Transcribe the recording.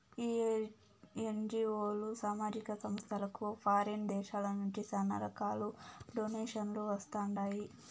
ఈ ఎన్జీఓలు, సామాజిక సంస్థలకు ఫారిన్ దేశాల నుంచి శానా రకాలుగా డొనేషన్లు వస్తండాయి